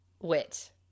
wit